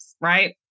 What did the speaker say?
right